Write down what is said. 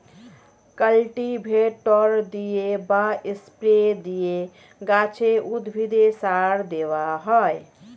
cultivator দিয়ে বা spray দিয়ে গাছে, উদ্ভিদে সার দেওয়া হয়